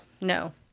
no